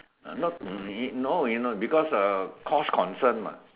not money no you know because uh cost concern mah